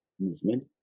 movement